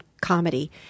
comedy